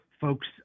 folks